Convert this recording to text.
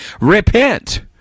repent